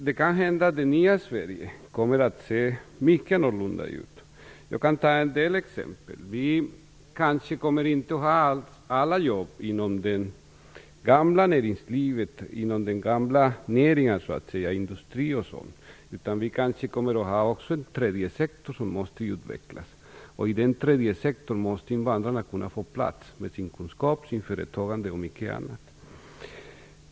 Det kan hända att det nya Sverige kommer att se mycket annorlunda ut. Jag kan ge en del exempel. Vi kommer kanske inte att ha alla jobb inom det gamla näringslivet, inom gamla typer av näringar i industrin. I stället kommer vi kanske att ha en tredje sektor som måste utvecklas, och i den sektorn måste också invandrarna kunna få plats, med sin kunskap, sitt företagande och mycket annat.